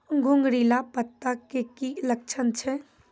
घुंगरीला पत्ता के की लक्छण छै?